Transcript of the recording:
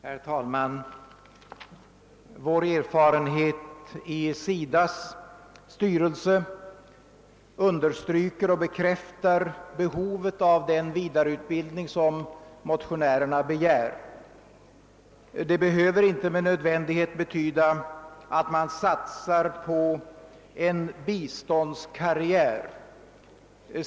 Herr talman! Vår erfarenhet i SIDA :s styrelse understryker och bekräftar behovet av den vidareutbildning av ulandsexperter som motionärerna begärt. Detta behöver inte med nödvändighet betyda att man satsar på en biståndskarriär.